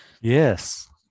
Yes